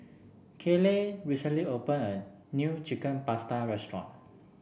Kayleigh recently open a new Chicken Pasta restaurant